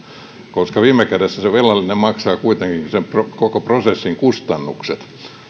koska viime kädessä se velallinen maksaa kuitenkin sen koko prosessin kustannukset jos on pieni